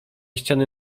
ściany